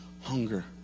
hunger